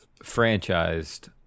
franchised